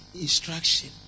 instruction